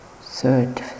third